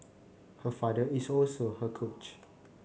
her father is also her coach